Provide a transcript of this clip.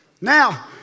Now